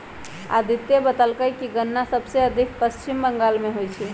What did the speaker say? अदित्य बतलकई कि गन्ना सबसे अधिक पश्चिम बंगाल में होई छई